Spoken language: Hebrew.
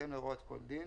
בהתאם להוראות כל דין,